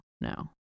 No